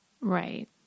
Right